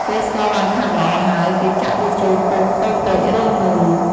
ពេលស្ករឡើងខាប់ល្អហើយ គេចាក់វាចូលពុំតូចៗរាងមូល។